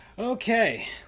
Okay